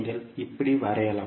நீங்கள் இப்படி வரையலாம்